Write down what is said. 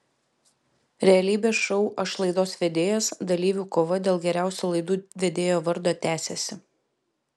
realybės šou aš laidos vedėjas dalyvių kova dėl geriausio laidų vedėjo vardo tęsiasi